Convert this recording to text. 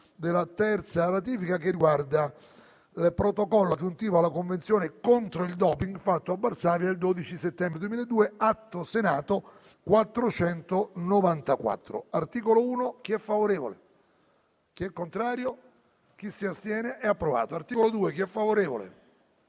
Grazie a tutti